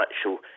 actual